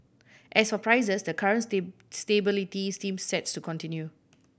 as for prices the current stability seems sets to continue